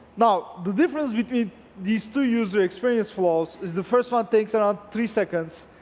now, the difference between these two user experience flaws is the first one takes around three seconds,